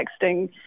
texting